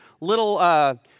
little